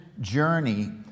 journey